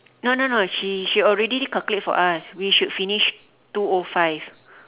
no no no she she already calculate for us we should finish two O five